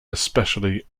especially